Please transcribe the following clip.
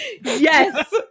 yes